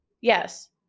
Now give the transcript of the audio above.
Yes